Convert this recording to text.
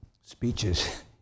speeches